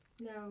No